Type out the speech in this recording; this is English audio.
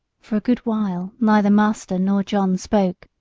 for a good while neither master nor john spoke,